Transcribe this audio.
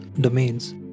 domains